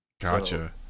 Gotcha